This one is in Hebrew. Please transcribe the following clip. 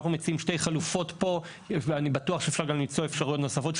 אנחנו מציעים שתי חלופות פה ואני בטוח שאפשר גם למצוא אפשרויות נוספות,